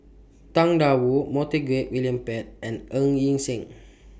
Tang DA Wu Montague William Pett and Ng Yi Sheng